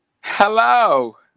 hello